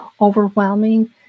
overwhelming